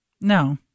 No